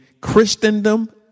Christendom